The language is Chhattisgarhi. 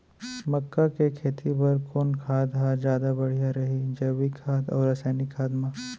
मक्का के खेती बर कोन खाद ह जादा बढ़िया रही, जैविक खाद अऊ रसायनिक खाद मा?